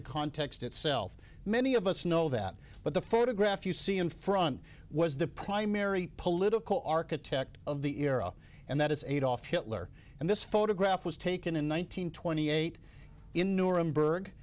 the context itself many of us know that but the photograph you see in front was the primary political architect of the era and that is adolf hitler and this photograph was taken in one nine hundred twenty eight in nuremberg